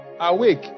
Awake